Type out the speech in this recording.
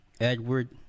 Edward